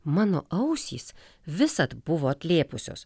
mano ausys visad buvo atlėpusios